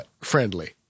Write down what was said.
friendly